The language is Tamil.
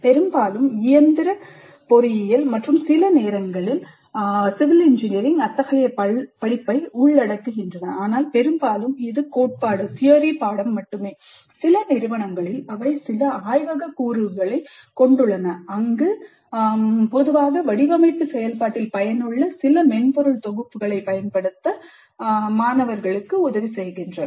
பெரும்பாலும் இயந்திர பொறியியல் மற்றும் சில நேரங்களில் சிவில் இன்ஜினியரிங் அத்தகைய படிப்பை உள்ளடக்குகின்றன ஆனால் பெரும்பாலும் இது தியரி பாடம் மட்டுமே சில நிறுவனங்களில் அவை சில ஆய்வகக் கூறுகளைக் கொண்டுள்ளன அங்கு அவை பொதுவாக வடிவமைப்பு செயல்பாட்டில் பயனுள்ள சில மென்பொருள் தொகுப்புகளைப் பயன்படுத்துகின்றன